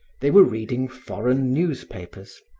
they were reading foreign newspapers.